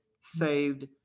saved